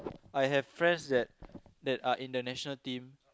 I have friends that that are in the national team